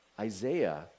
Isaiah